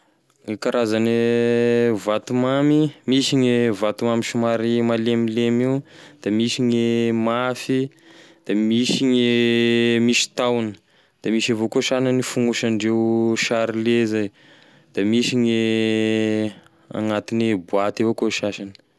Karazane vatomamy: misy gne vatomamy somary malemilemy io, da misy gne mafy, da misy gne misy tahony da misy avao gne sagnany fonosandreo sharle zay, da misy gne agnatine boaty avao koa e sasany.